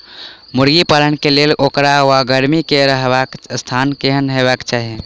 मुर्गी पालन केँ लेल ओकर वा मुर्गी केँ रहबाक स्थान केहन हेबाक चाहि?